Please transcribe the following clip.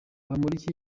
bamporiki